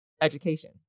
education